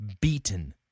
beaten